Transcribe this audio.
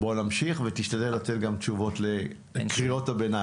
בוא נמשיך ותשתדל לתת תשובות לקריאות הביניים.